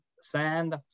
Sand